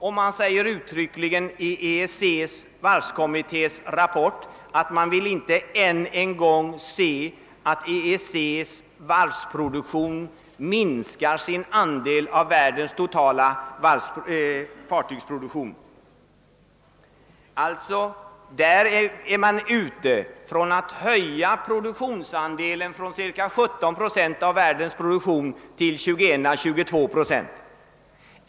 Det sägs uttryckligen i EEC:s varvskommittés rapport, att man inte ännu en gång vill se att EEC minskar sin andel av världens totala fartygsproduktion. Där är man ute efter att höja produktionsandelen från ca 17 procent av världsproduktionen till 21 å 22 procent.